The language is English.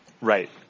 Right